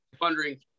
wondering